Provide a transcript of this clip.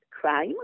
Crime